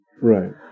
Right